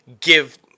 give